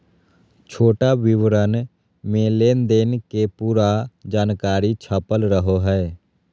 छोटा विवरण मे लेनदेन के पूरा जानकारी छपल रहो हय